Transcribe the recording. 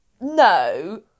no